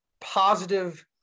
positive